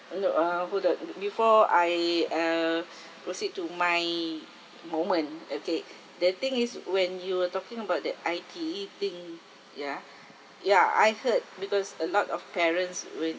you know uh who the before I uh proceed to my moment okay the thing is when you were talking about that I_T_E thing ya ya I heard because a lot of parents when